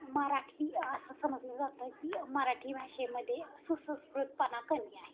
मराठी असं समजलं जातं की मराठी भाषेमध्ये सुसंस्कृतपणा कमी आहे